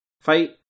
fight